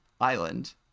Island